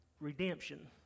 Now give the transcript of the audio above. redemption